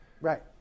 Right